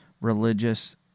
religious